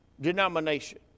denomination